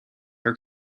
her